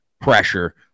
pressure